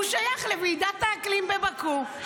הוא שייך לוועידת האקלים בבאקו.